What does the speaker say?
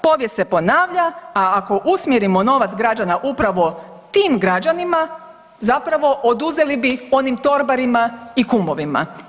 Povijest se ponavlja, a ako usmjerimo novac građana upravo tim građanima zapravo oduzeli bi onim torbarima i kumovima.